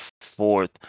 fourth